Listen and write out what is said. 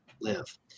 live